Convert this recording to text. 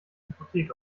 hypothek